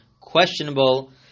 questionable